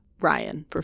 Ryan